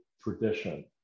tradition